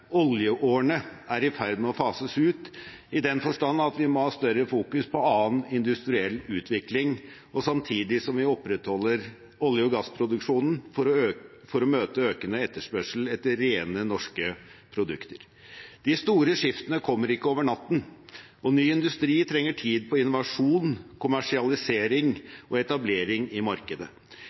oljeårene er i ferd med å fases ut, i den forstand at vi må ha større fokus på annen industriell utvikling, samtidig som vi opprettholder olje- og gassproduksjonen for å møte økende etterspørsel etter rene norske produkter. De store skiftene kommer ikke over natten, og ny industri trenger tid på innovasjon, kommersialisering og etablering i markedet.